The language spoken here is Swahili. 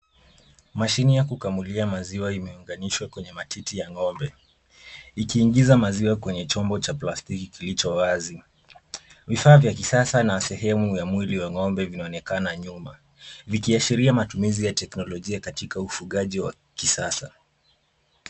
Mashine ya kukamulia maziwa imeunganishwa kwenye matiti ya ng’ombe, likiingiza maziwa kwenye chombo cha plastiki kilicho wazi. Vifaa vya kisasa na sehemu ya mwili ya ng’ombe vinaonekana nyuma vikiashiria matumizi teknolojia katika ufugaji wa kisasa.